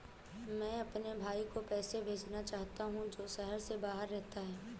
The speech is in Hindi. मैं अपने भाई को पैसे भेजना चाहता हूँ जो शहर से बाहर रहता है